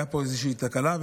הייתה פה איזושהי תקלה,